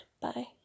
Bye